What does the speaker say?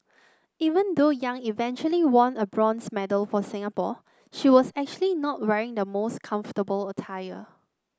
even though Yang eventually won a bronze medal for Singapore she was actually not wearing the most comfortable attire